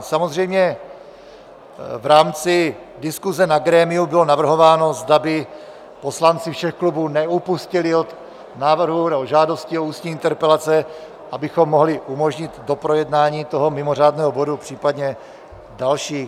Samozřejmě v rámci diskuze na grémiu bylo navrhováno, zda by poslanci všech klubů neupustili od žádostí o ústní interpelace, abychom mohli umožnit doprojednání toho mimořádného bodu, případně dalších.